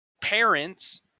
parents